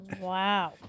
Wow